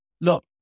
look